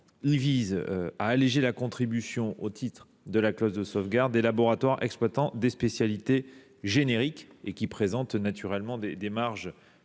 vise à alléger la contribution au titre de la clause de sauvegarde des laboratoires exploitant des spécialités génériques, qui ont naturellement des marges